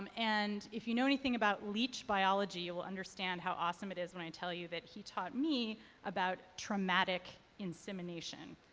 um and, if you know anything about leech biology, you will understand how awesome it is when i tell you that he taught me about traumatic insemination.